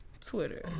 twitter